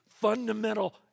fundamental